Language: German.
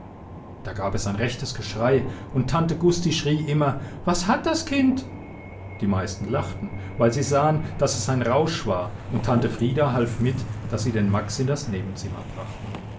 da gab es ein rechtes geschrei und tante gusti schrie immer was hat das kind die meisten lachten weil sie sahen daß es ein rausch war und tante frieda half mit daß sie den max in das nebenzimmer brachten